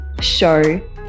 show